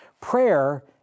Prayer